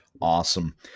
Awesome